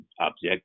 object